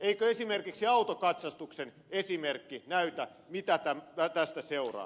eikö esimerkiksi autokatsastuksen esimerkki näytä mitä tästä seuraa